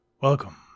Welcome